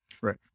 Right